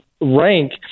rank